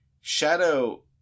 shadow